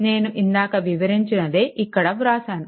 నేను ఇందాక వివరించినదే ఇక్కడ వ్రాసాను